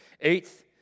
Eighth